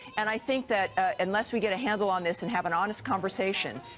and i think that unless we get a handle on this and have an honest conversation,